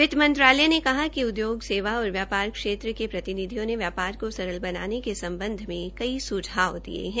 वित्त मंत्रालय ने कहा कि उद्योग सेवाओं और व्यापार क्षेत्र के प्रतिनिधियों ने व्यापार को सरल बनाने के सम्बध मे कई स्झाव दिये है